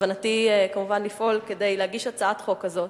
בכוונתי כמובן לפעול כדי להגיש הצעת חוק כזאת,